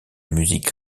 musique